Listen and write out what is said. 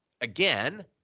again